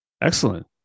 Excellent